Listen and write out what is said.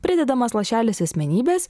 pridedamas lašelis asmenybės